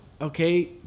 okay